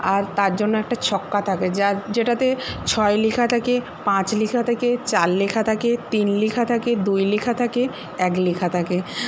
আর তার জন্য একটা ছক্কা থাকে যা যেটাতে ছয় লেখা থাকে পাঁচ লেখা থাকে চার লেখা থাকে তিন লেখা থাকে দুই লেখা থাকে এক লেখা থাকে